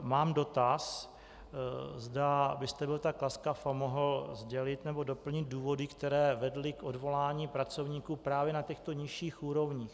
Mám dotaz, zda byste byl tak laskav a mohl sdělit nebo doplnit důvody, které vedly k odvolání pracovníků právě na těchto nižších úrovních.